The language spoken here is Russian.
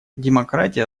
демократия